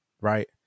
right